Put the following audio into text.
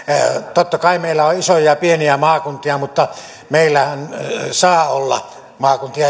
totta kai meillä on isoja ja pieniä maakuntia mutta meillähän saa olla erilaisia maakuntia